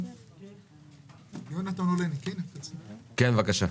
אדוני, בבקשה.